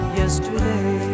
yesterday